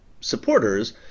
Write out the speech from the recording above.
supporters